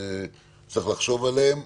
צריך לחשוב עליהם.